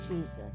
Jesus